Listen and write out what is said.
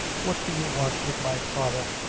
what did you want wid my father?